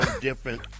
different